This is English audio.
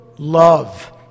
Love